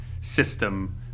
system